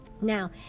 now